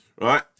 right